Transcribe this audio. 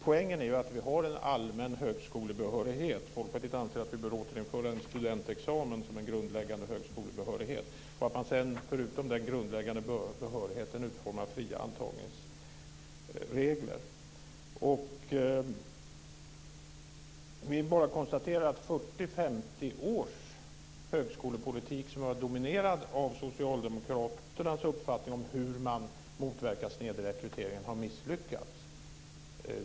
Poängen är att ha en allmän högskolebehörighet. Folkpartiet anser att studentexamen bör återinföras som en grundläggande högskolebehörighet och att, förutom denna grundläggande behörighet, fria antagningsregler, bör utformas. 40-50 års högskolepolitik dominerad av Socialdemokraternas uppfattning om hur man motverkar snedrekrytering har misslyckats.